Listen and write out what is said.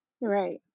Right